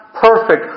perfect